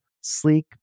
sleek